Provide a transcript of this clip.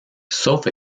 sauf